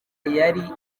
yari